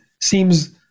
seems